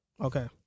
Okay